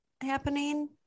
happening